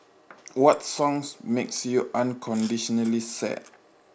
what songs makes you unconditionally sad